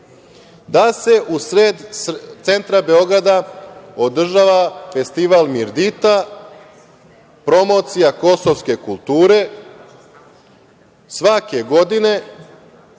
da se u sred centra Beograda održava festival „Mirdita“, promocija kosovske kulture svake godine,